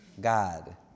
God